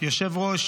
יושב-ראש